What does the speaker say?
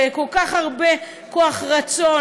וכל כך הרבה כוח רצון,